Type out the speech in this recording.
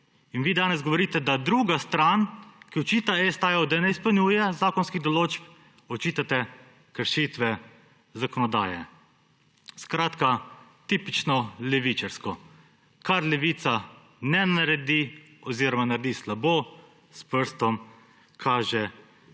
In vi danes drugi strani, ki očita STA, da ne izpolnjuje zakonskih določb, očitate kršitve zakonodaje. Skratka, tipično levičarsko. Če česa Levica ne naredi oziroma naredi slabo, s prstom kaže